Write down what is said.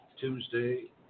Tuesday